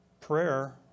Prayer